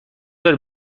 داری